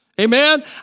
Amen